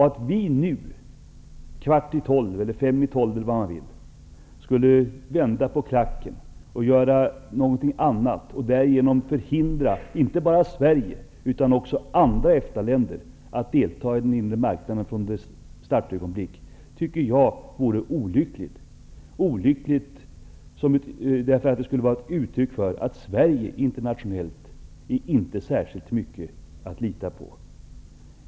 Att vi nu, fem i tolv, skulle vända på klacken och göra någonting annat, och därigenom förhindra inte bara Sverige utan också andra EFTA-länder att delta i den inre marknaden från dess startögonblick, vore olyckligt. Det skulle vara ett uttryck för att Sverige internationellt inte är särskilt mycket att lita på.